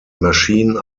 machine